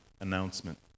announcement